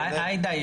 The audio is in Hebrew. עאידה,